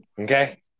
okay